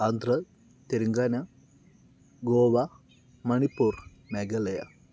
Andhra Telangana Goa Manipur Meghalaya